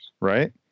Right